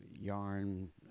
yarn